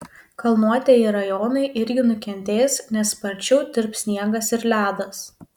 kalnuotieji rajonai irgi nukentės nes sparčiau tirps sniegas ir ledas